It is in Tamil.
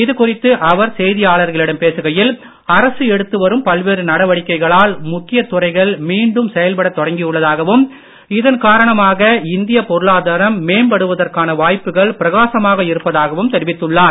இது குறித்து அவர் செய்தியாளர்களிடம் பேசுகையில் அரசு எடுத்து வரும் பல்வேறு நடவடிக்கைகளால் முக்கிய துறைகள் மீண்டும் செயல்படத் தொடங்கியுள்ளதாகவும் இதன் காரணமாக இந்திய பொருளாதாரம் மேம்படுவதற்கான வாய்ப்புகள் பிரகாசமாக இருப்பதாகவும் தெரிவித்துள்ளார்